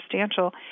substantial